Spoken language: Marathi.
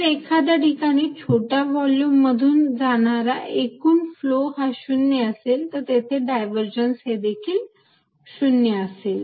जर एखाद्या ठिकाणी छोट्या व्हॉल्युम मधून जाणारा एकूण फ्लो हा 0 असेल तर तेथे डायव्हर्जन्स हे देखील 0 असेल